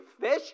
fish